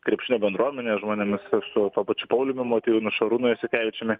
krepšinio bendruomenės žmonėmis iš tuo pačiu pauliumi motiejūnu šarūnu jasikevičiumi